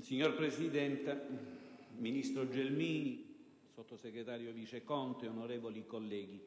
Signor Presidente, ministro Gelmini, sottosegretario Viceconte, onorevoli colleghi,